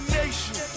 nation